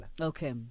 okay